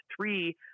three